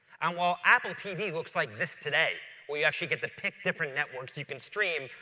and while apple tv looks like this today, where you actually get to pick different networks you can stream,